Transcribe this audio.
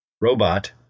robot